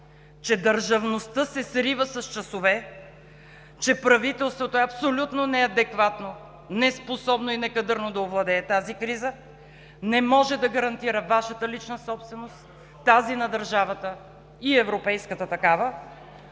Държавността се срива с часове, правителството е абсолютно неадекватно, неспособно и некадърно да овладее тази криза, не може да гарантира Вашата лична собственост, тази на държавата и европейската такава.